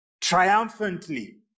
triumphantly